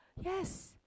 yes